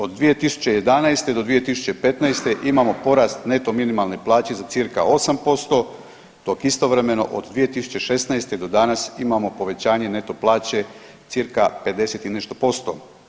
Od 2011. do 2015. imamo porast neto minimalne plaće za cca 8% dok istovremeno od 2016. do danas imamo povećanje neto plaće cca 50 i nešto posto.